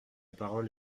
parole